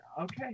Okay